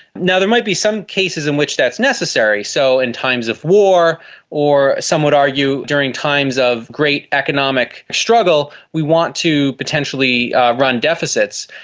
there might be some cases in which that is necessary. so in times of war or, some would argue, during times of great economic struggle, we want to potentially run deficits.